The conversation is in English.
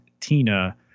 Tina